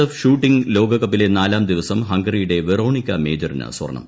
F shooting ലോകകപ്പിലെ നാലാം ദിവസം ഹംഗറിയുടെ വെറോണിക്ക മേജറിന് സ്വർണ്ണം